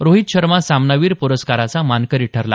रोहीत शर्मा सामनावीर प्रस्काराचा मानकरी ठरला